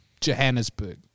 Johannesburg